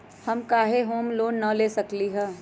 हम काहे home loan न ले सकली ह?